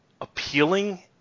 appealing